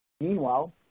Meanwhile